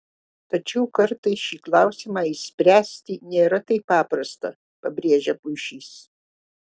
tačiau kartais šį klausimą išspręsti nėra taip paprasta pabrėžia puišys